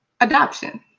Adoption